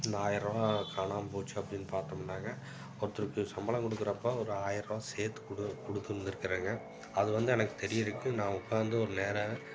இந்த ஆயிரருவா காணாமல் போச்சு அப்படினு பார்த்தோம்னாங்க ஒருத்தருக்கு சம்பளம் கொடுக்குறப்ப ஒரு ஆயிரருவா சேர்த்து கொடு கொடுத்துருந்துக்குறேங்க அது வந்து எனக்கு தெரிகிறத்துக்கு நான் உட்காந்து ஒரு நேர